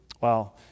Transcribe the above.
Wow